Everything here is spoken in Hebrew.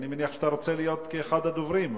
אני מניח שאתה רוצה להיות אחד הדוברים?